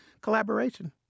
collaboration